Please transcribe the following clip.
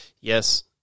Yes